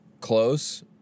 close